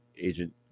agent